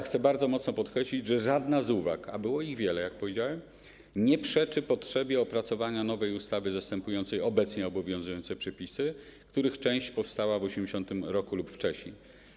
Chcę bardzo mocno podkreślić, że żadna z uwag, a było ich wiele, jak powiedziałem, nie przeczy potrzebie opracowania nowej ustawy zastępującej obecnie obowiązujące przepisy, których część powstała w 1980 r. lub wcześniej.